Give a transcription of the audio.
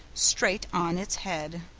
straight on its head.